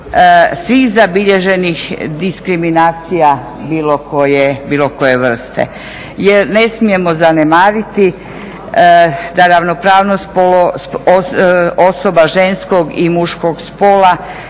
svih zabilježenih diskriminacija bilo koje vrste jer ne smijemo zanemariti da ravnopravnost osoba ženskog i muškog spola